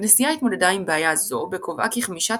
הכנסייה התמודדה עם בעיה זו בקובעה כי חמשת